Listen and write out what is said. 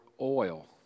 oil